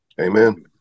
Amen